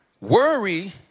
Worry